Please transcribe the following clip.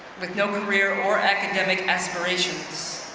with no career or academic aspirations.